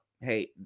hey